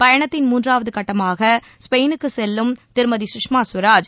பயணத்தின் மூன்றாவது கட்டமாக ஸ்பெயினுக்கு செல்லும் திருமதி ஸ்வராஜ்